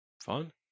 Fun